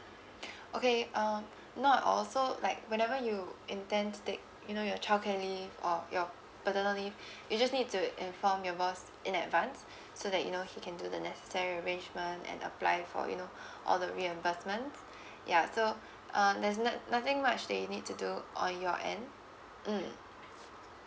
okay um not all so like whenever you intend to take you know your child care leave or your paternal leave you just need to inform your boss in advance so that you know he can do the necessary arrangement and apply for you know all the reimbursements ya so uh there's no~ nothing much that you need to do on your end mm